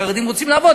החרדים רוצים לעבוד,